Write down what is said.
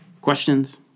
Questions